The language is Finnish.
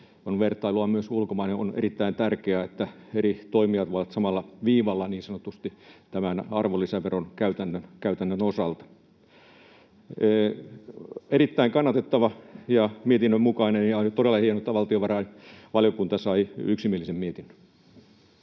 vertailua myös ulkomaille. On erittäin tärkeää, että eri toimijat ovat niin sanotusti samalla viivalla tämän arvonlisäveron käytännön osalta. Tämä on erittäin kannatettava ja mietinnön mukainen, ja on todella hienoa, että valtiovarainvaliokunta sai yksimielisen mietinnön.